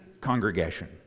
congregation